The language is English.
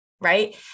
right